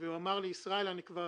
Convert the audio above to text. יש להם סמכויות שיטור?